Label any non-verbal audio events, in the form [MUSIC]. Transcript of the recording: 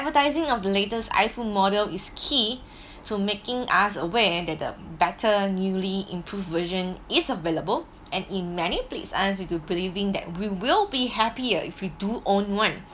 advertising of the latest iPhone model is key [BREATH] to making us aware that the better newly improved version is available and in many place asked you to believing that we will be happier if you do own one